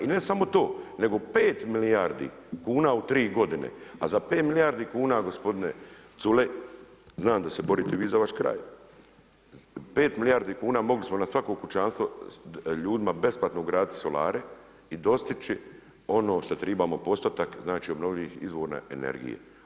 I ne samo to nego pet milijardi kuna u tri godine, a za pet milijardi kuna gospodine Culej, znam da se borite vi za vaš kraj, pet milijardi kuna mogli smo na svako kućanstvo ljudima besplatno ugraditi solare i dostići ono što tribamo postotak obnovljivih izvora energije.